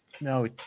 No